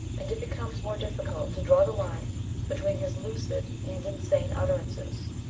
and it becomes more difficult to draw the line between his lucid and insane utterances.